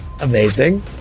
Amazing